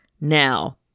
now